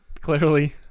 clearly